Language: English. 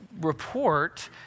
report